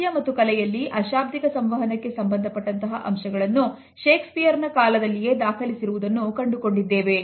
ಸಾಹಿತ್ಯ ಮತ್ತು ಕಲೆಯಲ್ಲಿ ಅಶಾಬ್ದಿಕ ಸಂವಹನಕ್ಕೆ ಸಂಬಂಧಪಟ್ಟಂತಹ ಅಂಶಗಳನ್ನು ಶೇಕ್ಸ್ಪಿಯರ್ ನ ಕಾಲದಲ್ಲಿಯೇ ದಾಖಲಿಸಿರುವುದನ್ನು ಕಂಡುಕೊಂಡಿದ್ದೇವೆ